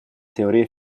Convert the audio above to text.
teorie